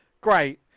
Great